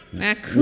mark?